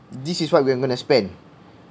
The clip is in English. this is what we're going to spend